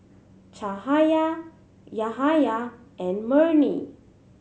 Cahaya Yahaya and Murni